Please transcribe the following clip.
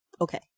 okay